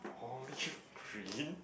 olive green